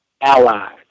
allies